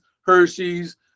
Hershey's